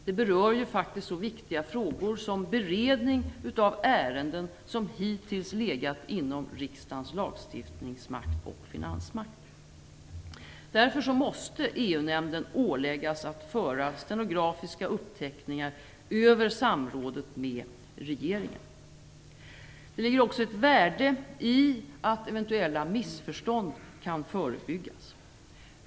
Det berör ju faktiskt så viktiga frågor som beredning av ärenden som hittills legat inom rikdagens lagstiftningsmakt och finansmakt. Därför måste EU-nämnden åläggas att föra stenografiska uppteckningar över samrådet med regeringen. Det är också ett värde i att eventuella missförstånd kan förebyggas.